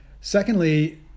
Secondly